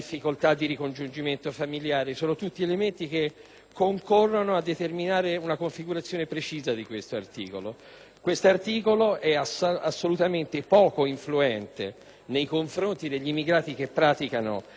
Questo articolo è assolutamente poco influente nei confronti degli immigrati che praticano le varie forme di illegalità volontaria di tipo delinquenziale ed è, invece, vessatorio